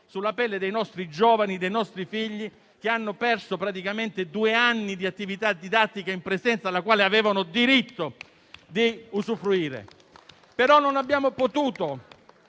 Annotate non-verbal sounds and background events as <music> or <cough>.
sulla pelle dei nostri giovani, dei nostri figli, che hanno praticamente perso due anni di attività didattica in presenza, alla quale avevano diritto. <applause> Ma non abbiamo potuto